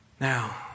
Now